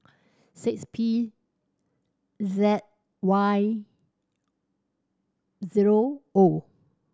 six P Z Y zero O